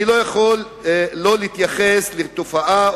אני לא יכול שלא להתייחס לתופעה,